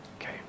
Okay